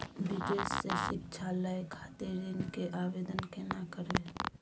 विदेश से शिक्षा लय खातिर ऋण के आवदेन केना करबे?